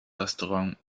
restaurant